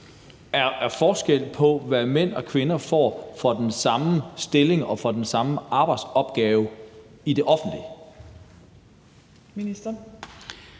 er forskel på, hvad mænd og kvinder får for den samme stilling og for den samme